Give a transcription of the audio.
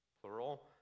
plural